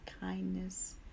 kindness